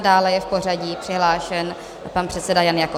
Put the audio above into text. Dále je v pořadí přihlášen pan předseda Jan Jakob.